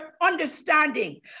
understanding